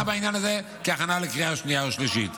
בעניין הזה כהכנה לקריאה שנייה ושלישית.